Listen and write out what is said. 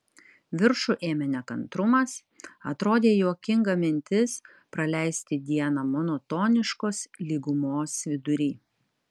viršų ėmė nekantrumas atrodė juokinga mintis praleisti dieną monotoniškos lygumos vidury